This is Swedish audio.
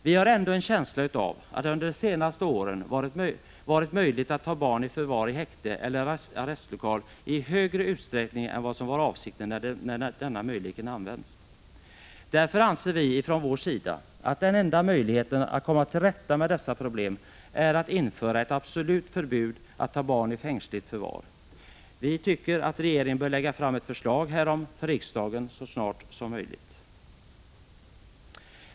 Vi har ändå en känsla av att det under de senaste åren har varit möjligt att ta barn i förvar i häkte eller arrestlokal i högre utsträckning än vad som var avsikten när denna möjlighet infördes. Därför anser vi att den enda möjligheten att komma till rätta med dessa problem är att införa ett absolut förbud att ta barn i fängsligt förvar. Vi tycker att regeringen bör lägga fram ett förslag härom för riksdagen så snart som möjligt.